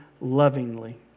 lovingly